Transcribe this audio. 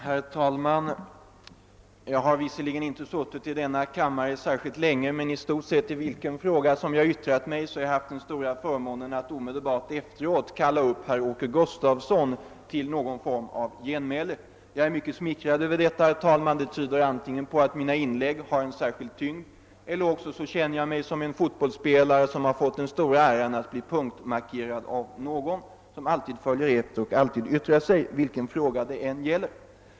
Herr talman! Jag har visserligen inte särskilt länge varit ledamot av denna kammare, men jag vill ändå peka på det förhållandet att i stort sett varje gång jag yttrat mig — oavsett vilken fråga det gällt — jag haft den stora förmånen att kunna uppkalla herr Åke Gustavsson till någon form av genmäle. Jag är mycket smickrad över detta. Det tyder antingen på att mina inlägg har en särskild tyngd eller på att jag, på samma sätt som en fotbollsspelare blir punktmarkerad, är utsatt för en särskild uppmärksamhet, innebärande att jag alltid får ett genmäle vilken fråga jag än yttrar mig i. .